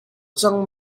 cang